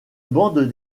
bande